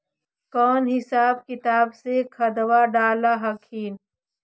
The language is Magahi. कौन हिसाब किताब से खदबा डाल हखिन?